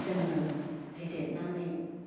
जोङो फेदेरनानै